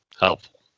helpful